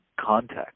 context